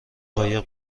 قایق